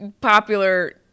Popular